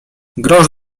grosz